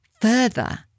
further